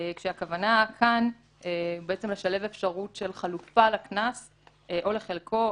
כשהכוונה כאן בעצם לשלב אפשרות של חלופה לקנס או לחלקו,